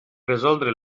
resoldre